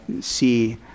see